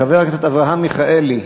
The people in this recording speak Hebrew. חבר הכנסת אברהם מיכאלי,